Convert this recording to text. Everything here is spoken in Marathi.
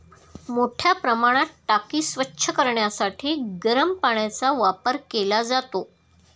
मोठ्या प्रमाणात टाकी स्वच्छ करण्यासाठी गरम पाण्याचा वापर केला जातो